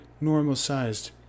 normal-sized